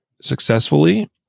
successfully